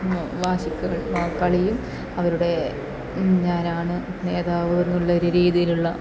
വാശി ക് കളിയും അവരുടെ ഞാനാണ് നേതാവ് എന്നുള്ള ഒരു രീതിയിലുള്ള